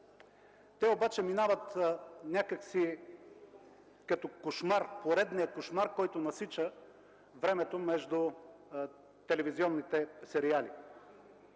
Те обаче минават някак си като поредния кошмар, който насича времето между телевизионните сериали.